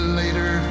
later